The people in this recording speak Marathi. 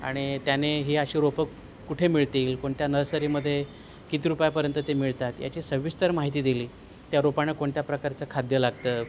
आणि त्याने हे अशी रोप कुठे मिळतील कोणत्या नर्सरीमध्ये किती रुपयापर्यंत ते मिळतात याची सविस्तर माहिती दिली त्या रोपाना कोणत्या प्रकारचं खाद्य लागतं